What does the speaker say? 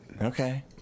Okay